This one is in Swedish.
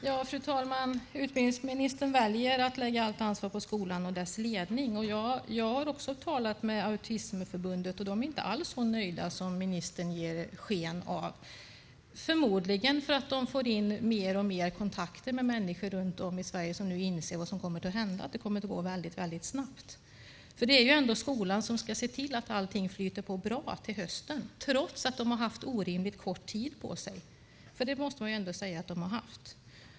Fru talman! Utbildningsministern väljer att lägga allt ansvar på skolan och dess ledning. Jag har också talat med autismförbundet, och de är inte alls så nöjda som ministern ger sken av - förmodligen för att de får fler och fler kontakter med människor runt om i Sverige som insett vad som kommer att hända, att det kommer att gå väldigt snabbt. Det är ju skolan som ska se till att allt flyter bra till hösten, trots att de haft orimligt kort tid på sig. Det måste man nämligen säga att de haft.